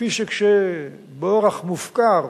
כפי שכשבאורח מופקר